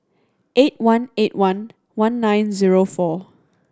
eight one eight one one nine zero four